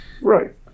Right